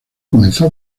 comenzó